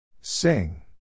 Sing